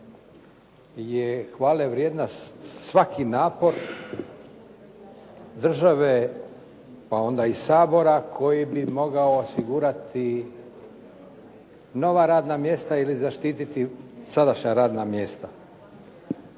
je hvale vrijedan svaki napor države pa onda i Sabora koji bi mogao osigurati nova radna mjesta ili zaštititi sadašnja radna mjesta.